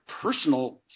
personal